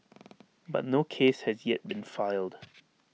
but no case has yet been filed